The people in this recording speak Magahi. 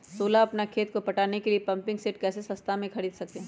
सोलह अपना खेत को पटाने के लिए पम्पिंग सेट कैसे सस्ता मे खरीद सके?